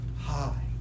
high